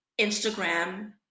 Instagram